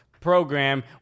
program